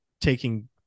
taking